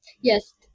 Yes